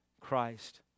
Christ